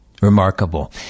Remarkable